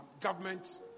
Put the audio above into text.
government